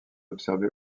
observer